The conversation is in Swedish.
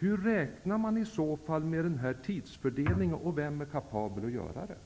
Hur räknar man i så fall ut tidsfördelningen, och vem är kapabel att göra det?